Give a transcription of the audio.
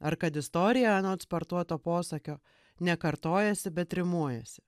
ar kad istorija anot spartuoto posakio ne kartojasi bet rimuojasi